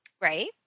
Right